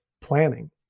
planning